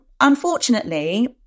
unfortunately